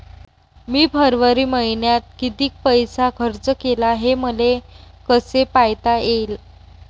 मी फरवरी मईन्यात कितीक पैसा खर्च केला, हे मले कसे पायता येईल?